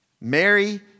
Mary